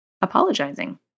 apologizing